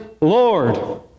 Lord